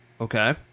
okay